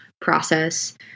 process